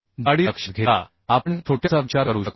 जाडी लक्षात घेता आपण छोट्याचा विचार करू शकतो